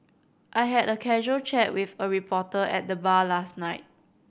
I had a casual chat with a reporter at the bar last night